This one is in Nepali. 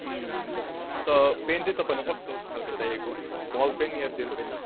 हुन्छ अन्त पेन चाहिँ तपाईँलाई कस्तो खालको चाहिएको बल पेन या जेल पेन